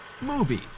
movies